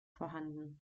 vorhanden